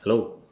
hello